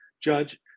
Judge